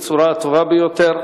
בצורה הטובה ביותר.